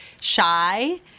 shy